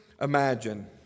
imagine